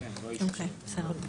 בסדר,